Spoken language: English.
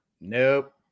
Nope